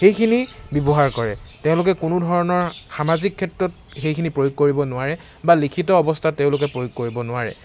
সেইখিনি ব্যৱহাৰ কৰে তেওঁলোকে কোনো ধৰণৰ সামাজিক ক্ষেত্ৰত সেইখিনি প্ৰয়োগ কৰিব নোৱাৰে বা লিখিত অৱস্থাত তেওঁলোকে প্ৰয়োগ কৰিব নোৱাৰে